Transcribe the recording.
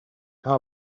how